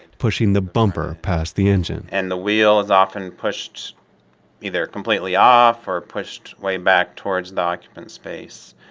pushing the bumper past the engine and the wheel is often pushed either completely off or pushed way back towards the occupant space.